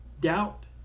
Doubt